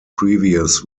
previous